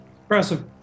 impressive